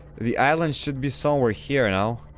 the island should be somewhere here no?